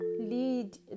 lead